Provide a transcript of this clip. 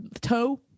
toe